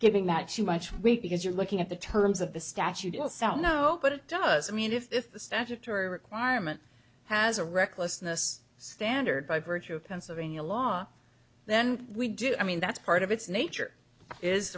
giving that she much weight because you're looking at the terms of the statute itself no but it does i mean if the statutory requirement has a recklessness standard by virtue of pennsylvania law then we do i mean that's part of its nature is